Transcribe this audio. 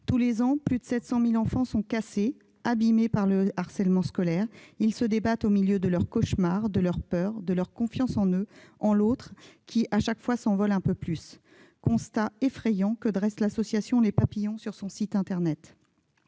Tous les ans, plus de 700 000 enfants sont cassés, abîmés par le harcèlement scolaire. Ils se débattent au milieu de leurs cauchemars, de leurs peurs, de leur confiance en eux, en l'autre qui à chaque fois s'envole un peu plus. » Tel est le constat, effrayant, que dresse l'association Les Papillons sur son site internet.